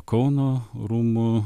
kauno rūmų